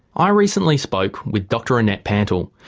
i recently spoke with dr annette pantle,